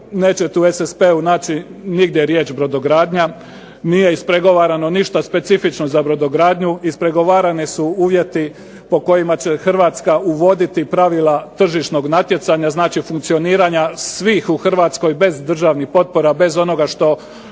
nećete u SSP-u naći nigdje riječ brodogradnja, nije ispregovarano ništa specifično za brodogradnju, ispregovarani su uvjeti po kojima će Hrvatska uvoditi pravila tržišnog natjecanja, znači funkcioniranja svih u Hrvatskoj bez državnih potpora bez onoga što